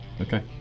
Okay